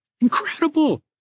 Incredible